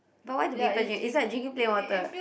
but why do people drink is like drinking plain water